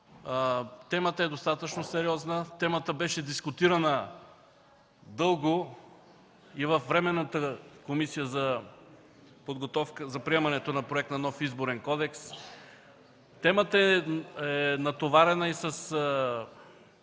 Темата е достатъчно сериозна, темата беше дискутирана дълго и във Временната комисия за приемането на Проекта за нов Изборен кодекс. Темата е натоварена и с